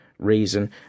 reason